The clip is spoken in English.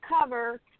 cover